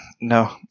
No